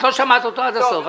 את לא שמעת אותו עד הסוף.